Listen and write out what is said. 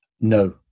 no